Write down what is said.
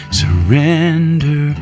surrender